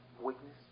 weakness